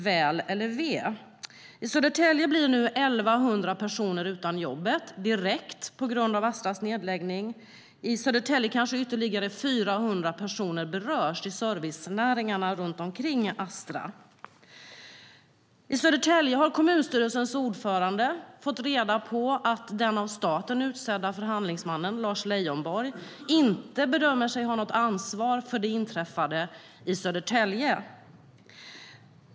Jag kommer från Södertälje, och där blir nu 1 100 personer av med jobbet på grund av Astras nedläggning. Dessutom berörs kanske ytterligare 400 personer i servicenäringarna runt omkring Astra. I Södertälje har kommunstyrelsens ordförande fått reda på att den av staten utsedda förhandlingsmannen, Lars Leijonborg, inte anser sig ha något ansvar för det inträffade.